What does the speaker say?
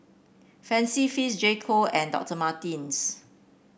Fancy Feast J Co and Doctor Martens